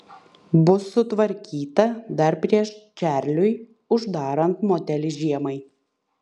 bus sutvarkyta dar prieš čarliui uždarant motelį žiemai